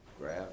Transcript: Grab